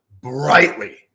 brightly